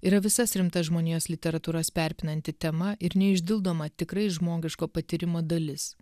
yra visas rimtas žmonijos literatūras persipinanti tema ir neišdildoma tikrai žmogiško patyrimo dalis